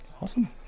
awesome